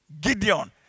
Gideon